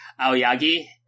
Aoyagi